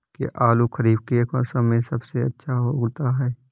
क्या आलू खरीफ के मौसम में सबसे अच्छा उगता है?